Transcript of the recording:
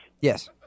Yes